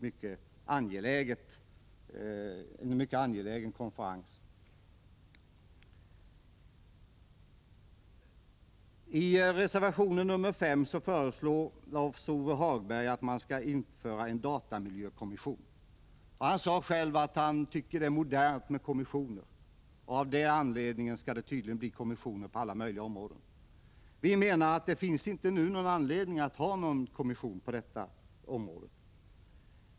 Det är en mycket angelägen konferens, som kommer att höja vår kunskapsnivå när det gäller skyddet för dem som datamlHjoKommission, rian sade sjalv att nan tycker att aet ar mogernt mea kommissioner, och av den anledningen skall det tydligen inrättas kommissioner på alla möjliga områden. Vi menar att det finns inte nu någon anledning att ha en kommission på detta område.